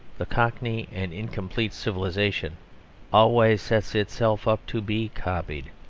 the cockney and incomplete civilisation always sets itself up to be copied.